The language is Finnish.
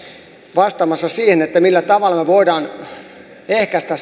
vastaamassa siihen millä tavalla voidaan tämä ehkäistä